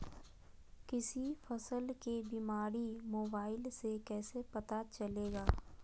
किसी फसल के बीमारी मोबाइल से कैसे पता चलेगा?